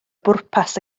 bwrpas